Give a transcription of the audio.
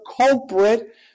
culprit